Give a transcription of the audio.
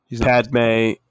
Padme